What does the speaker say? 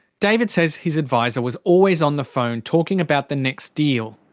david says his adviser was always on the phone talking about the next deal.